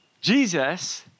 Jesus